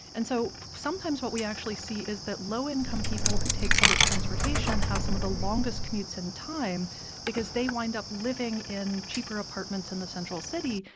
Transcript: and so sometimes what we actually see is that low-income people who take public transportation have some of the longest commutes in time because they wind up living in cheaper apartments in the central city.